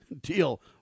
deal